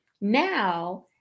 now